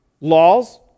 laws